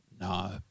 No